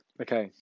okay